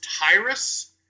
Tyrus